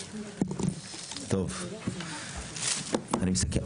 אבל אני לקראת סיכום הדיון.